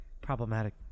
Problematic